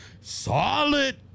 solid